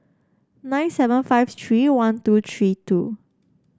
nine seven five three one two three two